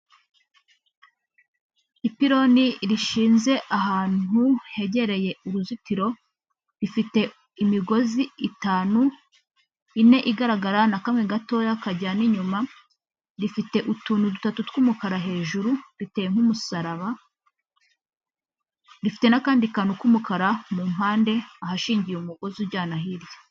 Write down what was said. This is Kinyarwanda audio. Ipironi rishinze ahantu hegereye uruzitiro rifite imigozi itanu, ine igaragara na kamwe gatoya kajyana inyuma rifite utuntu dutatu tw'umukara hejuru riteye nk'umusaraba rifite n'akandi kantu k'umukara mu mpande ahashingiye umugozi ujyana hirya.